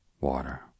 water